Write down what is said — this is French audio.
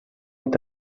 est